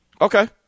Okay